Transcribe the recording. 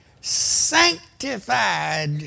sanctified